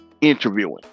interviewing